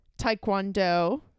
taekwondo